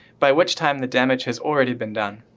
by which time the damage has already been done.